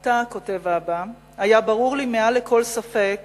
עתה, כותב אבא, היה ברור לי מעל לכל ספק